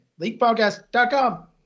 LeakPodcast.com